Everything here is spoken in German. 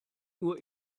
nur